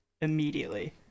immediately